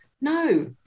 No